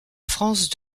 france